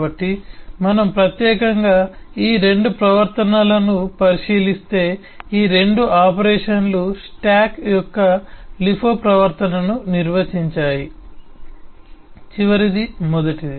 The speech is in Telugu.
కాబట్టి మనం ప్రత్యేకంగా ఈ 2 ప్రవర్తనలను పరిశీలిస్తే ఈ 2 ఆపరేషన్లు స్టాక్ యొక్క LIFO ప్రవర్తనను నిర్వచించాయి చివరిది మొదటిది